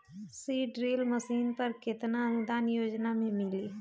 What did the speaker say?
Seed drill machine पर केतना अनुदान योजना में मिली?